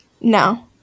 No